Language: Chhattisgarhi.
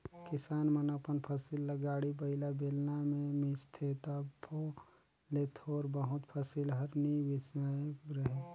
किसान मन अपन फसिल ल गाड़ी बइला, बेलना मे मिसथे तबो ले थोर बहुत फसिल हर नी मिसाए रहें